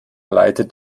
leitet